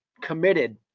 committed